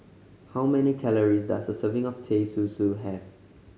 how many calories does a serving of Teh Susu have